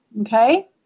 Okay